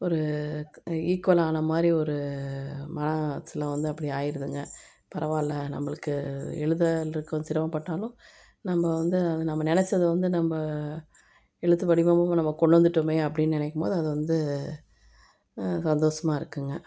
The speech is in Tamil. ஒரு ஈக்கோளான மாதிரி ஒரு மனசில் வந்து அப்படி ஆயிருதுங்க பரவா இல்ல நம்மளுக்கு எழுதுறதுக்கு சிரமபட்டாலும் நம்ப வந்து அது நினச்சது வந்து நம்ப எழுத்து வடிவமும் இப்போ கொண்டு வந்துவிட்டோமே அப்படினு நினைக்கிபோது அது வந்து சந்தோஷமாக இருக்குங்க